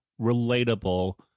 relatable